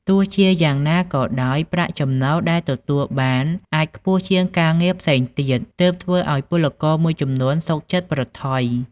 ទោះជាយ៉ាងណាក៏ដោយ ប្រាក់ចំណូលដែលទទួលបានអាចខ្ពស់ជាងការងារផ្សេងទៀត ទើបធ្វើឱ្យពលករមួយចំនួនសុខចិត្តប្រថុយ ។